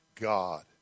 God